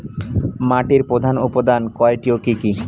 মাটির প্রধান উপাদান কয়টি ও কি কি?